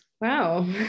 wow